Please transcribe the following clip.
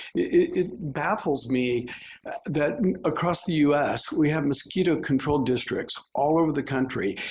it baffles me that across the us, we have mosquito-controlled districts all over the country.